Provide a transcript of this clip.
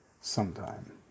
sometime